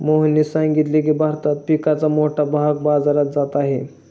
मोहनने सांगितले की, भारतात पिकाचा मोठा भाग बाजारात जात नाही